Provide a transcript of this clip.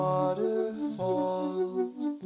Waterfalls